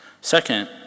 Second